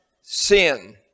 sin